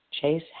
chase